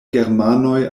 germanoj